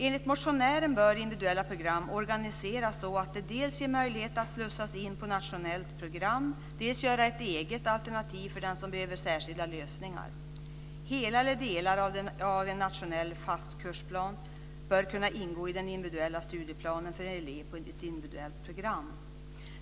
Enligt motionären bör det individuella programmet organiseras så att det dels ger möjligheter för eleven att slussas in i ett nationellt program, dels kan utgöra ett eget alternativ för den som behöver särskilda lösningar. Hela den nationellt fastställda kursplanen eller delar av den bör kunna ingå i den individuella studieplanen för en elev på ett individuellt program.